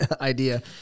idea